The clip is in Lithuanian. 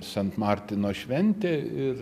sant martino šventė ir